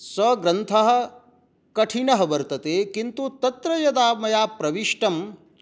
सः ग्रन्थः कठिनः वर्तते किन्तु तत्र यदा मया प्रविष्टं